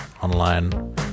online